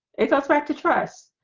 it goes back to trust